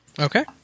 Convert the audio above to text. Okay